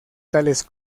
tales